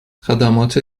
خدمات